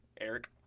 eric